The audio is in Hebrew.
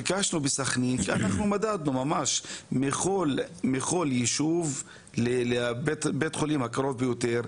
ביקשנו בסכנין כי מדדנו ממש מכל יישוב לבית החולים הקרוב ביותר,